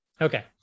Okay